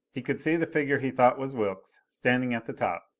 he could see the figure he thought was wilks, standing at the top.